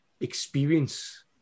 experience